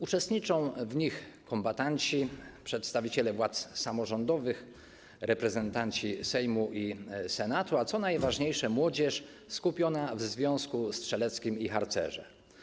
Uczestniczą w nich kombatanci, przedstawiciele władz samorządowych, reprezentanci Sejmu i Senatu, a co najważniejsze, młodzież skupiona w związku strzeleckim i harcerze.